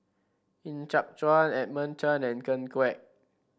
Ng Yat Chuan Edmund Chen and Ken Kwek